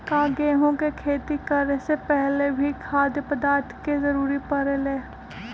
का गेहूं के खेती करे से पहले भी खाद्य पदार्थ के जरूरी परे ले?